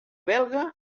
belga